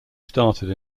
started